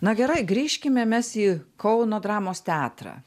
na gerai grįžkime mes į kauno dramos teatrą